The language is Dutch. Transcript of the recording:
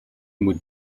moet